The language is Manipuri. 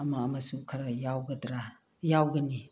ꯑꯃ ꯑꯃꯁꯨ ꯈꯔ ꯌꯥꯎꯒꯗ꯭ꯔꯥ ꯌꯥꯎꯒꯅꯤ